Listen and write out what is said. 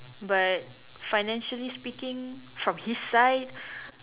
but financially speaking from his side